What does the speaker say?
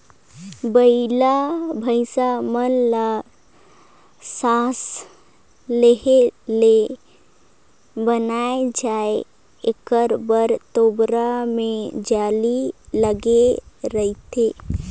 बइला भइसा मन ल सास लेहे ले बइन जाय एकर बर तोबरा मे जाली लगे रहथे